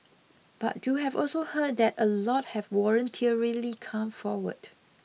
but you've also heard that a lot of have voluntarily come forward